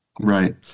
Right